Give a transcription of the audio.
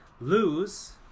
lose